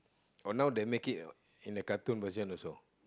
oh now they make it in the cartoon version also